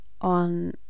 on